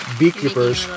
beekeepers